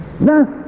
thus